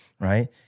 right